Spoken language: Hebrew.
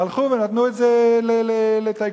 הלכו ונתנו את זה לטייקונים,